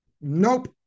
Nope